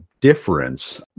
difference